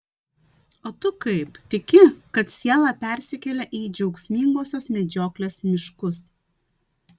o tu kaip tiki kad siela persikelia į džiaugsmingosios medžioklės miškus